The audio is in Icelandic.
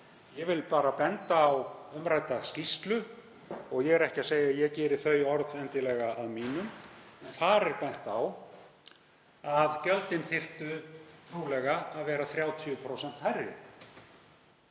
Ég vil bara benda á umrædda skýrslu. Ég er ekki að segja að ég geri þau orð endilega að mínum en þar er bent á að gjöldin þyrftu trúlega að vera 30% hærri.